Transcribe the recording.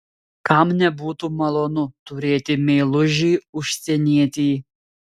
kam nebūtų malonu turėti meilužį užsienietį